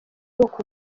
uku